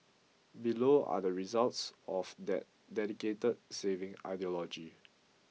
below are the results of that dedicated saving ideology